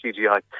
CGI